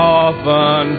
often